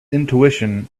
intuition